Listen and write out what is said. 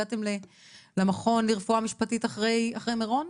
הגעתם למכון לרפואה משפטית אחרי מירון?